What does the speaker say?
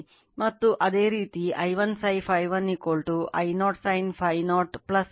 ಮತ್ತು ಅದೇ ರೀತಿ I1sin Φ1 I0 sin Φ0 I2 sin 31